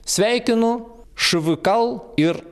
sveikinu š v kal ir